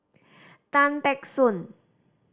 Tan Teck Soon